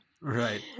Right